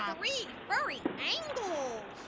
um three furry angles.